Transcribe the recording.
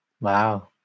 Wow